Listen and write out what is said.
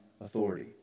authority